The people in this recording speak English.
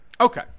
Okay